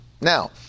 Now